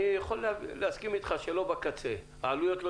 אני יכול להסכים איתך שהעלויות לא